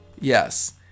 Yes